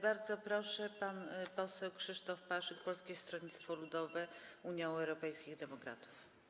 Bardzo proszę, pan poseł Krzysztof Paszyk, Polskie Stronnictwo Ludowe - Unia Europejskich Demokratów.